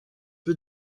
peu